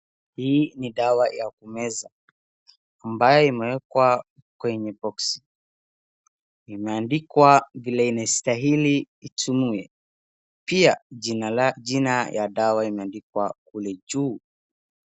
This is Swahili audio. Hii ni dawa ya kumeza ambayo imewekwa kwenye boxi . Imeandikwa vile inastahili itumiwe pia jina ya dawa imeandikwa kule juu.